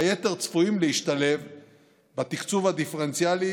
והיתר צפויים להשתלב בתקצוב הדיפרנציאלי